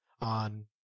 on